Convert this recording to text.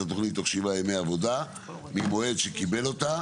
התוכנית תוך שבעה ימי עבודה ממועד שקיבל אותה,